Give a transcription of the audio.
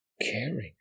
caring